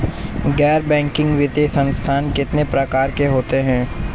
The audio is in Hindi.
गैर बैंकिंग वित्तीय संस्थान कितने प्रकार के होते हैं?